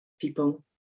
people